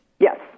Yes